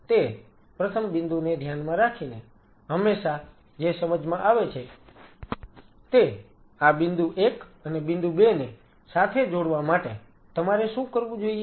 તે પ્રથમ બિંદુને ધ્યાનમાં રાખીને હંમેશા જે સમજમાં આવે છે તે આ બિંદુ 1 અને બિંદુ 2 ને સાથે જોડવા માટે તમારે શું કરવું જોઈએ